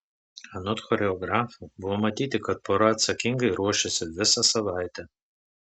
anot choreografo buvo matyti kad pora atsakingai ruošėsi visą savaitę